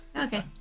Okay